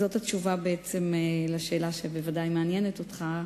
וזאת התשובה על השאלה שבוודאי מעניינת אותך,